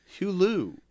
Hulu